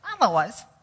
Otherwise